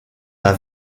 les